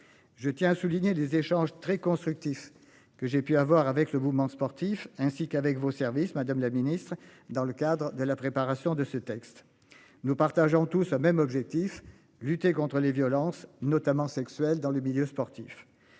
Je tiens à souligner des échanges très constructifs que j'ai pu avoir avec le mouvement sportif, ainsi qu'avec vos services madame la Ministre, dans le cadre de la préparation de ce texte. Nous partageons tous au même objectif, lutter contre les violences notamment sexuelles dans le milieu sportif